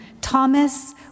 Thomas